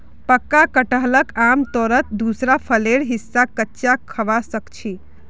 पक्का कटहलक आमतौरत दूसरा फलेर हिस्सा कच्चा खबा सख छि